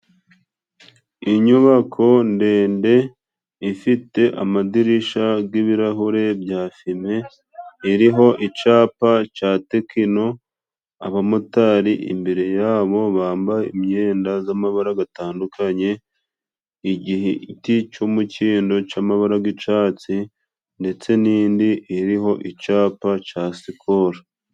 Inyubako ndende ifite amadirisha g'ibirahure bya fime iriho icapa ca tekino abamotari imbere yabo bambaye imyenda z'amabara gatandukanye igihe giti c'umukindo c'amabara g'icatsi ndetse n'indi iriho icapa ca sikoro.